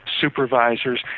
supervisors